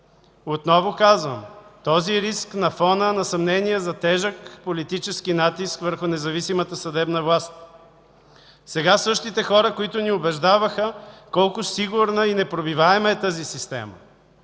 Отново казвам този риск на фона на съмнение за тежък политически натиск върху независимата съдебна власт. Сега същите хора, които ни убеждаваха колко сигурна и непробиваема е тази система,